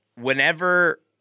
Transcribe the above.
whenever